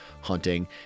hunting